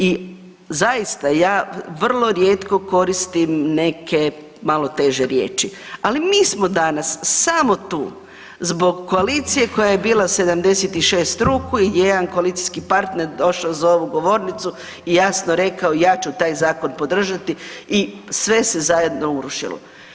I zaista ja vrlo rijetko koristim neke malo teže riječi, ali mi smo danas samo tu zbog koalicije koja je bila 76 ruku i jedan koalicijski partner došao za ovu govornicu i jasno rekao ja ću taj zakon podržati i sve se zajedno urušilo.